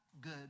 good